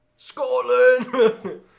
Scotland